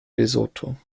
lesotho